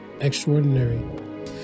extraordinary